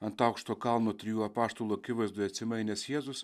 ant aukšto kalno trijų apaštalų akivaizdoje atsimainęs jėzus